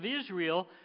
Israel